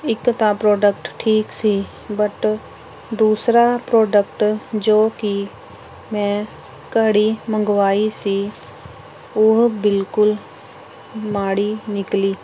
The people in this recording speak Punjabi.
ਇੱਕ ਤਾਂ ਪ੍ਰੋਡਕਟ ਠੀਕ ਸੀ ਬਟ ਦੂਸਰਾ ਪ੍ਰੋਡਕਟ ਜੋ ਕਿ ਮੈਂ ਘੜੀ ਮੰਗਵਾਈ ਸੀ ਉਹ ਬਿਲਕੁਲ ਮਾੜੀ ਨਿਕਲੀ